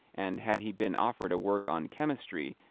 and, had he been offered a work on chemistry,